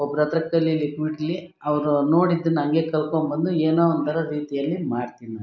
ಒಬ್ರಹತ್ರ ಕಲೀಲಿಕ್ಕೆ ಬಿಡಲಿ ಅವ್ರು ನೋಡಿದ್ದನ್ನು ಹಂಗೆ ಕಲ್ತ್ಕೋ ಬಂದು ಏನೋ ಒಂದೆರಡು ರೀತಿಯಲ್ಲಿ ಮಾಡ್ತೀನಿ ನಾನು ಅಡುಗೆ